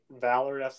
Valor